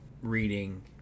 reading